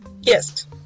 Yes